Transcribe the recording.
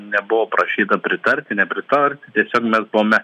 nebuvo prašyta pritarti nepritart tiesiog mes buvome